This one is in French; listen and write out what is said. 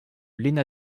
lena